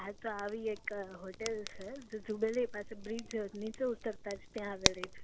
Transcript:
હા તો આવી એક હોટેલ છે ઝુંબેલી પાસે બ્રિજ નીચે ઉતરતાજ ત્યાં આગળ એ છે